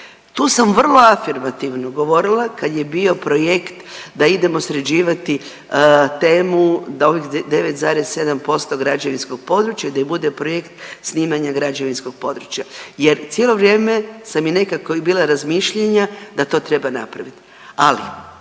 Tu sam vrlo afirmativno govorila kad je bio projekt da idemo sređivati temu da ovih 9,7% građevinskog područja da bude projekt snimanja građevinskog područja jer cijelo vrijeme sam i nekako i bila razmišljanja da to treba napravit, ali